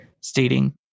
stating